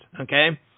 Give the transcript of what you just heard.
okay